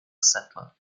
settler